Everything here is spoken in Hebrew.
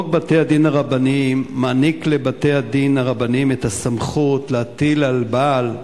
חוק בתי-דין רבניים מעניק לבתי-הדין הרבניים את הסמכות להטיל על בעל,